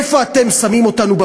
איפה אתם שמים אותנו?